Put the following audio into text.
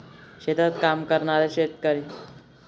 शेतात काम करणारे शेतकरी